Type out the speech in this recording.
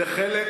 זה חלק